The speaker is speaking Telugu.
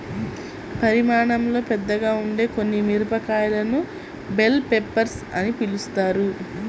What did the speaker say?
పరిమాణంలో పెద్దగా ఉండే కొన్ని మిరపకాయలను బెల్ పెప్పర్స్ అని పిలుస్తారు